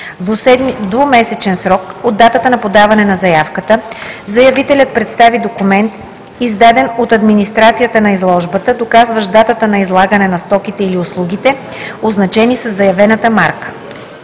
в двумесечен срок от датата на подаване на заявката заявителят представи документ, издаден от администрацията на изложбата, доказващ датата на излагане на стоките или услугите, означени със заявената марка.“